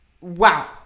Wow